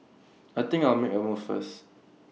I think I'll make A move first